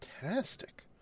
Fantastic